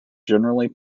generally